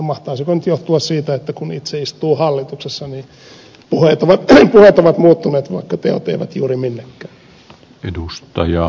mahtaisiko se nyt johtua siitä että kun itse istuu hallituksessa niin puheet ovat muuttuneet vaikka teot eivät juuri minnekään